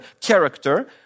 character